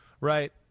right